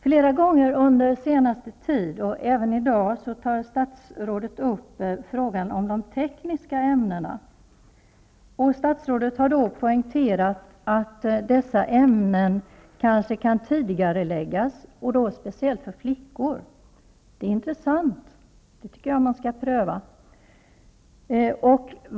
Flera gånger under den senaste tiden och även i dag har statsrådet tagit upp frågan om de tekniska ämnena. Statsrådet har då poängterat att dessa ämnen kanske kan tidigareläggas, och då speciellt för flickor. Det är intressant. Det tycker jag att man skall pröva.